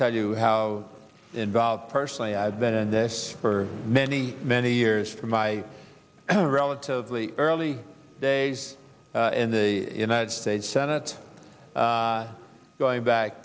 tell you how involved personally i've been in this for many many years in my own relatively early days in the united states senate going back